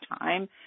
time